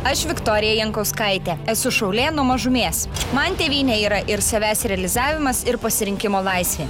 aš viktorija jankauskaitė esu šaulė nuo mažumės man tėvynė yra ir savęs realizavimas ir pasirinkimo laisvė